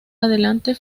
adelante